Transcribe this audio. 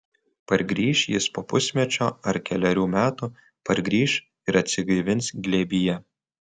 pargrįš jis po pusmečio ar kelerių metų pargrįš ir atsigaivins glėbyje